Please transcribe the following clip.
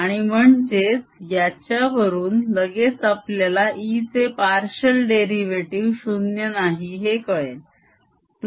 आणि म्हणजेच याच्या वरून लगेच आपल्याला E चे पार्शिअल डेरीवेटीव 0 नाही हे कळेल